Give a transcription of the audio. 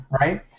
Right